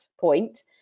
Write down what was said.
point